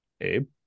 Abe